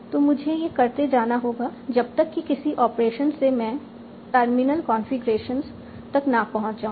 और मुझे यह करते जाना होगा जब तक कि किसी ऑपरेशन से मैं टर्मिनल कंफीग्रेशंस तक ना पहुंच जाऊं